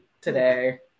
today